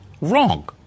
wrong